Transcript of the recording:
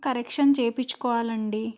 correction చేయించుకోవాలండి